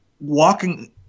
walking